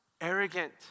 arrogant